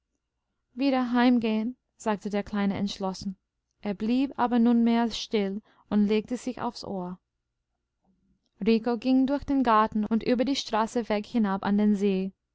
wieder heimgehen sagte der kleine entschlossen er blieb aber nunmehr still und legte sich aufs ohr rico ging durch den garten und über die straße weg hinab an den see